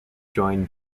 join